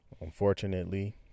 unfortunately